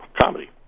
comedy